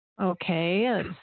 Okay